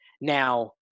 now